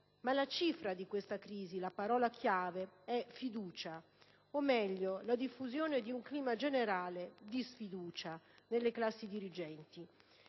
ma la cifra di questa crisi, la parola chiave, è fiducia, o meglio la diffusione di un clima generale di sfiducia nelle classi dirigenti.